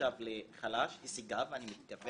נחשב לחלש, הישגיו אני מתכוון,